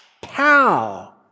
pow